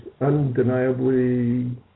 undeniably